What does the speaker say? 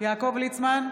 יעקב ליצמן,